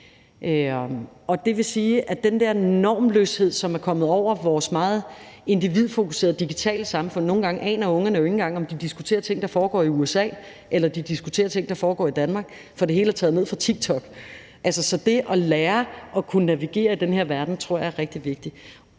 Det vil sige, at der er den der normløshed, som er kommet over vores meget individfokuserede digitale samfund. Nogle gange aner ungerne jo ikke engang, om de diskuterer ting, der foregår i USA, eller de diskuterer ting, der foregår i Danmark, for det hele er taget ned fra TikTok. Så det at lære at kunne navigere i den her verden tror jeg er rigtig vigtigt.